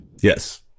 yes